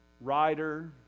writer